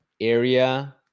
area